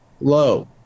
low